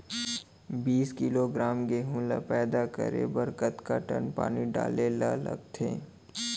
बीस किलोग्राम गेहूँ ल पैदा करे बर कतका टन पानी डाले ल लगथे?